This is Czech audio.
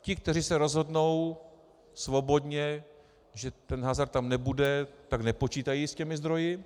Ti, kteří se rozhodnou svobodně, že ten hazard tam nebude, tak nepočítají s těmi zdroji.